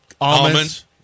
Almonds